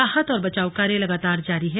राहत और बचाव कार्य लगातार जारी है